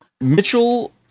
Mitchell